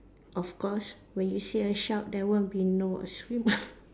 of course when you see a shark there won't be no a swimmer